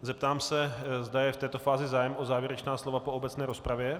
Zeptám se, zda je v této fázi zájem o závěrečná slova po obecné rozpravě.